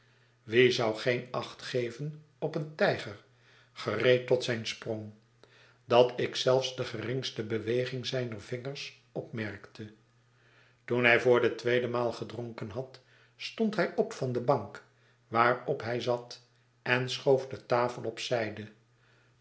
wie zou geen acht geven op een tijger gereed tot zijn sprong dat ik zelfs de geringste beweging zijner vingers opmerkte toen hij voor de tweede maal gedronken had stond hij op van de bank waarop hij zat en schoof de tafel op zijde